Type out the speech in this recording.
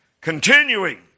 Continuing